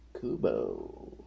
Kubo